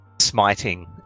smiting